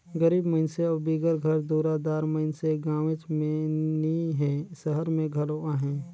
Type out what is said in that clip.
गरीब मइनसे अउ बिगर घर दुरा दार मइनसे गाँवेच में नी हें, सहर में घलो अहें